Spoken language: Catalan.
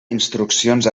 instruccions